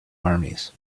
armies